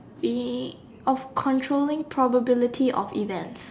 the of controlling probability of events